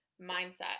mindset